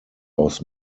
aus